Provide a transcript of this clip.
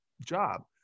job